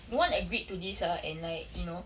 no one agreed to this ah and like you know